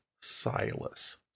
Silas